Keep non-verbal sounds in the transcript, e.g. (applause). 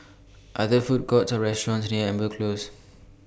(noise) Are There Food Courts Or restaurants near Amber (noise) Close (noise)